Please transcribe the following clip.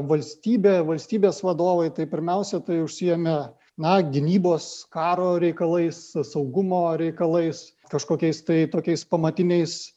valstybė valstybės vadovai tai pirmiausia tai užsiėmę na gynybos karo reikalais saugumo reikalais kažkokiais tai tokiais pamatiniais